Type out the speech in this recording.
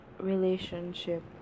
relationship